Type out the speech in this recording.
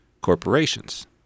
corporations